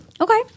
Okay